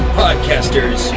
podcasters